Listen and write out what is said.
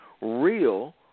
real